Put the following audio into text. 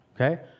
Okay